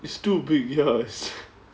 it's too big ya it's